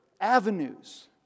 avenues